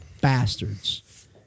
bastards